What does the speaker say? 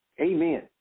Amen